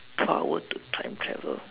power to time travel